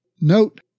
Note